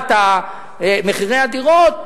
עליית מחירי הדירות,